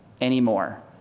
anymore